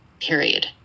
Period